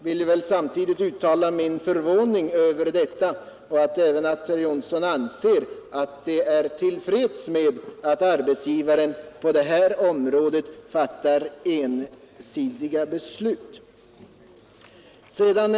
Jag vill samtidigt uttala min förvåning över detta och även över att herr Johnsson är till freds med att arbetsgivaren på detta område fattar ensidiga beslut.